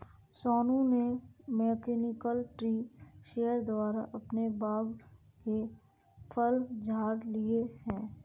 सोनू ने mechanical tree shaker द्वारा अपने बाग के फल झाड़ लिए है